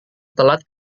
telat